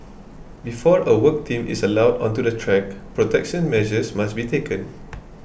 before a work team is allowed onto the track protection measures must be taken